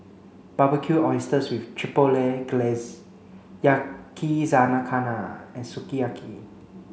Barbecued Oysters with Chipotle Glaze Yakizakana and Sukiyaki